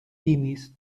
timis